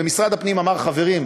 ומשרד הפנים אמר: חברים,